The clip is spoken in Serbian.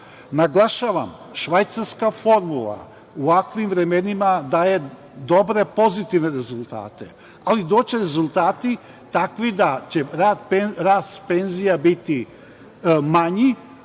formulu. Naglašavam, švajcarska formula u ovakvim vremenima daje dobre pozitivne rezultate, ali doći će rezultati takvi da će rast penzija biti manji,